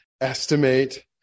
estimate